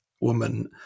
woman